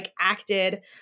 acted